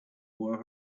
were